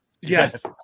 Yes